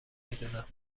میدونم